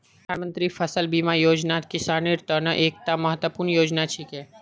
प्रधानमंत्री फसल बीमा योजनात किसानेर त न एकता महत्वपूर्ण योजना छिके